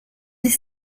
dix